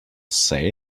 say